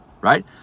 right